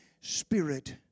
Spirit